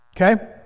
Okay